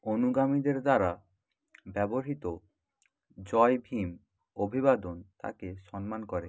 অনুগামীদের দ্বারা ব্যবহৃত জয় ভীম অভিবাদন তাকে সন্মান করে